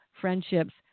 friendships